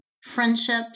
friendships